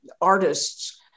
artists